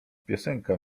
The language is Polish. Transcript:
piosenka